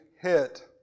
hit